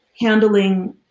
handling